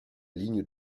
ligne